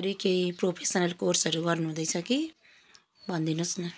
अरू केही प्रोफेस्नल कोर्सहरू गर्नुहुँदैछ कि भनि दिनुहोस् न